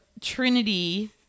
Trinity